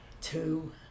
Two